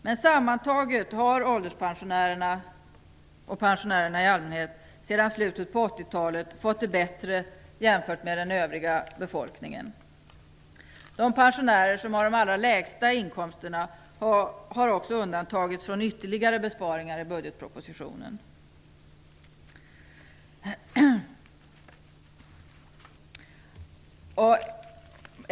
Men sammantaget har ålderspensionärerna och pensionärerna i allmänhet sedan slutet av 80-talet fått det bättre jämfört med den övriga befolkningen. De pensionärer som har de allra lägsta inkomsterna har också undantagits från ytterligare besparingar i budgetpropositionen.